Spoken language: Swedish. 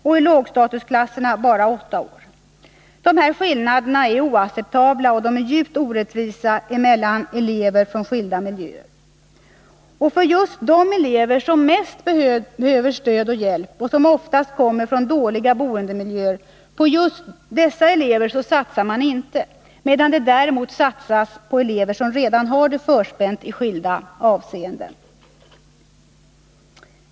I lågstatusklasserna är motsvarande siffra åtta år. Dessa skillnader mellan elever från skilda miljöer är oacceptabla och djupt orättvisa. För just de elever som bäst behöver stöd och hjälp och som oftast kommer från dåliga boendemiljöer satsar man inte resurser, medan det däremot satsas på elever som i skilda avseenden redan har det väl förspänt.